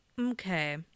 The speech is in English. Okay